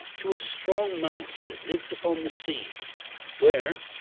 to a strong mast that liv'd upon the sea where,